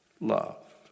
love